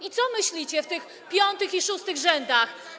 I co myślicie, w tych piątych i szóstych rzędach?